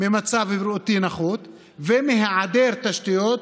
ממצב בריאותי נחות ומהיעדר תשתיות,